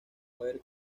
haber